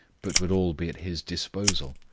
but would all be at his disposal,